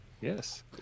yes